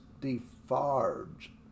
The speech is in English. Defarge